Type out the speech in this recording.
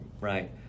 right